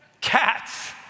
cats